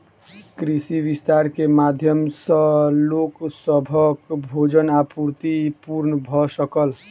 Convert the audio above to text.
कृषि विस्तार के माध्यम सॅ लोक सभक भोजन आपूर्ति पूर्ण भ सकल